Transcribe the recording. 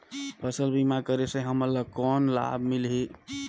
फसल बीमा करे से हमन ला कौन लाभ मिलही?